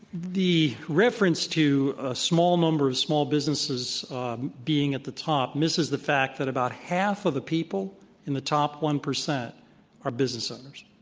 the reference to ah small numbers, small businesses being at the top misses the fact that about half of the people in the top one percent are business owners.